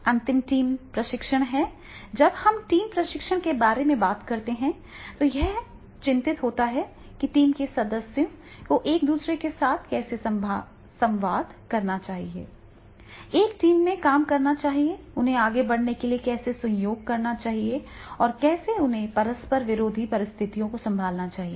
अंतिम टीम प्रशिक्षण है और जब हम टीम प्रशिक्षण के बारे में बात करते हैं तो यह चिंतित होता है कि टीम के सदस्यों को एक दूसरे के साथ कैसे संवाद करना चाहिए एक टीम में काम करना चाहिए उन्हें आगे बढ़ने के लिए कैसे सहयोग करना चाहिए और कैसे उन्हें परस्पर विरोधी परिस्थितियों को संभालना चाहिए